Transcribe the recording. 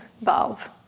valve